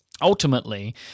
Ultimately